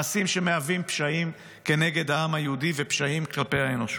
מעשים שמהווים פשעים כנגד העם היהודי ופשעים כלפי האנושות.